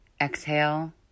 Exhale